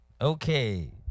Okay